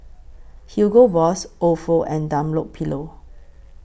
Hugo Boss Ofo and Dunlopillo